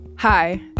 Hi